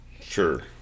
Sure